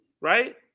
Right